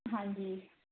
ਹਾਂਜੀ